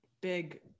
big